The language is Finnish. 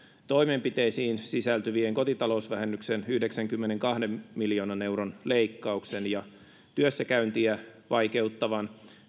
toimenpiteisiin sisältyvien kotitalousvähennyksen yhdeksänkymmenenkahden miljoonan leikkauksen sekä työssäkäyntiä vaikeuttavan